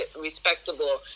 respectable